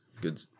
good